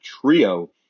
trio